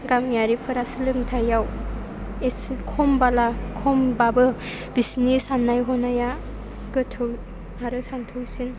गामियारिफोरा सोलोंथाइआव एसे खमबोला खमबाबो बिसोरनि साननाय हनाया गोथौ आरो सान्थौसिन